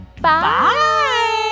Bye